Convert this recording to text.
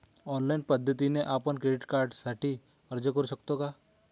Online पद्धतीने आपण credit कार्डसाठी अर्ज करु शकतो का?